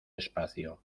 espacio